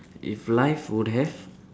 if life would have